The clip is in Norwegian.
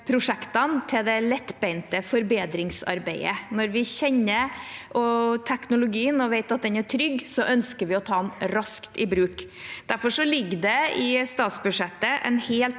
prosjektene til det lettbeinte forbedringsarbeidet. Når vi kjenner teknologien og vet at den er trygg, ønsker vi å ta den raskt i bruk. Derfor ligger det i statsbudsjettet en helt